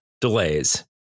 delays